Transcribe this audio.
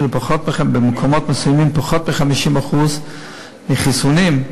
במקומות מסוימים אפילו פחות מ-50% מחוסנים,